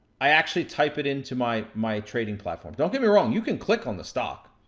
i actually type it into my my trading platform. don't get me wrong, you can click on the stock.